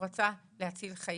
הוא רצה להציל חיים.